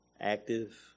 active